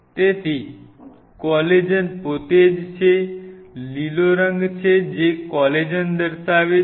તેથી કોલેજન પોતે જ છે લીલો રંગ છે તે કોલેજન દર્શાવે છે